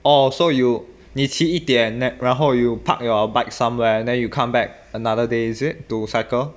orh so you 你骑一点 then 然后 you park your bike somewhere and then you come back another day is it to cycle